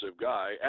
guy